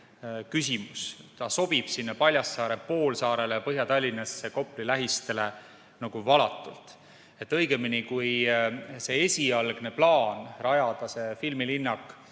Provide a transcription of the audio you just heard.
Ta sobib sinna Paljassaare poolsaarele Põhja-Tallinnasse Kopli lähistele nagu valatult. Kui see esialgne plaan rajada filmilinnak